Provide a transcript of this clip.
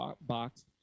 box